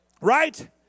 Right